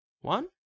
one